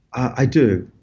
i do.